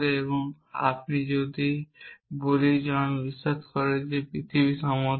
এবং আমি যদি বলি জন বিশ্বাস করে যে পৃথিবী সমতল